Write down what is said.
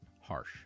harsh